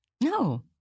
No